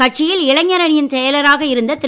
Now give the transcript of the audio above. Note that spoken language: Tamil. கட்சியில் இளைஞர் அணியின் செயலராக இருந்த திரு